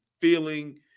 feeling